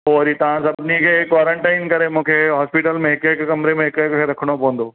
पोइ वरी तव्हां सभिनी खे क्वारंटाइन करे मूंखे हॉस्पिटल में हिक हिक कमिरे में हिक हिक खे रखणो पवंदो